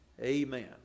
Amen